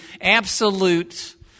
absolute